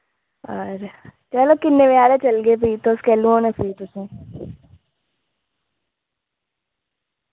और चलो किन्ने बजे हारे चलगे फ्ही तुस कैलूं होन्ने फ्री तुसैं